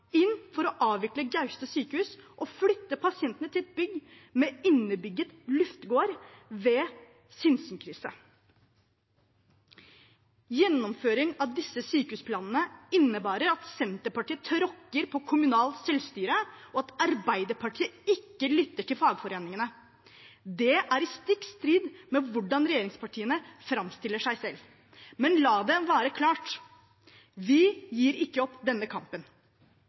inn for å avvikle Gaustad sykehus og flytte pasientene til et bygg med innebygd luftegård ved Sinsenkrysset. Gjennomføring av disse sykehusplanene innebærer at Senterpartiet tråkker på kommunalt selvstyre, og at Arbeiderpartiet ikke lytter til fagforeningene. Det er stikk i strid med hvordan regjeringspartiene framstiller seg selv. Men la det være klart: Vi gir ikke opp denne kampen.